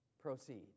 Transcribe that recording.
Proceed